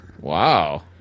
Wow